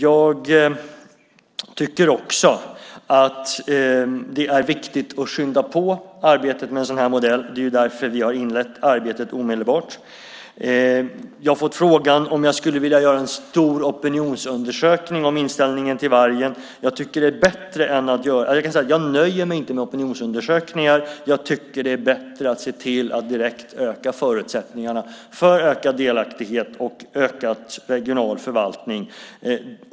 Jag tycker också att det är viktigt att skynda på arbetet med en sådan här modell. Det är därför vi har inlett arbetet omedelbart. Jag har fått frågan om jag skulle vilja göra en stor opinionsundersökning om inställningen till vargen. Jag nöjer mig inte med opinionsundersökningar. Jag tycker att det är bättre att se till att direkt öka förutsättningarna för ökad delaktighet och ökad regional förvaltning.